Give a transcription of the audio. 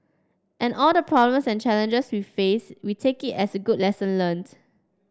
and all the problems and challenges we face we take it as a good lesson learnt